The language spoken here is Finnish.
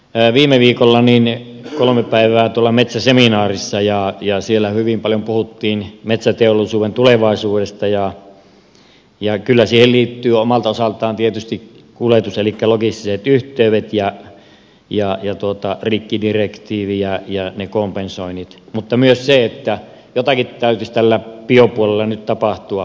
olin viime viikolla kolme päivää metsäseminaarissa ja siellä hyvin paljon puhuttiin metsäteollisuuden tulevaisuudesta ja kyllä siihen liittyy omalta osaltaan tietysti kuljetus elikkä logistiset yhteydet ja rikkidirektiivi ja ne kompensoinnit mutta myös se että jotakin täytyisi tällä biopuolella nyt tapahtua